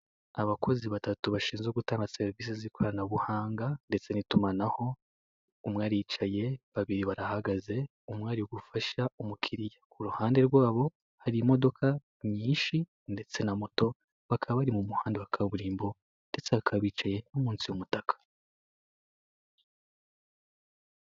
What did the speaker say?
Abakozi batatu bashinzwe gutanga serivisi z'ikoranabuhanga ndetse n'itumanaho, umwe aricaye, babiri barahagaze, umwe ari gufasha umukiriya, ku ruhande rwabo hari imodoka nyinshi ndetse na moto, bakaba bari mu muhanda wa kaburimbo ndetse kaba bicaye munsi y'umutaka.